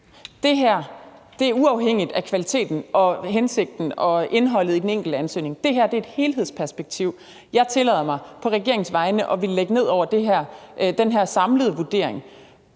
Det her er uafhængigt af kvaliteten og hensigten og indholdet i den enkelte ansøgning. Det her er et helhedsperspektiv, jeg på regeringens vegne tillader mig at ville lægge ned over den her samlede vurdering